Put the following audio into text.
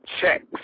checks